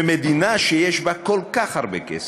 במדינה שיש בה כל כך הרבה כסף,